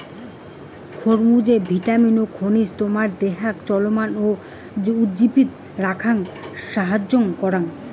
খরমুজে vitamin ও খনিজ তোমার দেহাক চনমন ও উজ্জীবিত রাখাং সাহাইয্য করাং